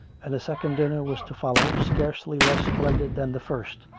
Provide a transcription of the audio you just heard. and a second dinner was to follow, scarcely less splendid than the first,